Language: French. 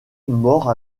morts